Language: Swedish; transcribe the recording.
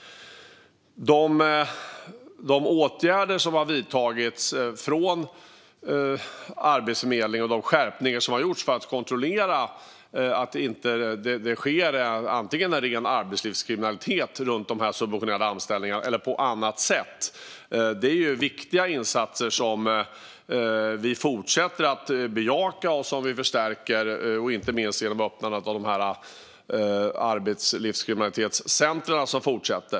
De åtgärder som har vidtagits från Arbetsförmedlingens sida och de skärpningar som har gjorts för att kontrollera att det inte sker en ren arbetslivskriminalitet runt de subventionerade anställningarna eller något annat är viktiga insatser som vi fortsätter att bejaka och som vi förstärker, inte minst genom öppnandet av center mot arbetslivskriminalitet.